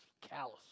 Callous